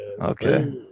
Okay